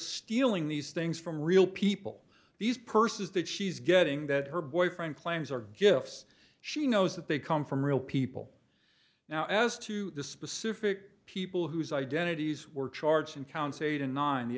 stealing these things from real people these purses that she's getting that her boyfriend claims are gifts she knows that they come from real people now as to the specific people whose identities were charged in count eight and nine the